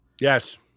Yes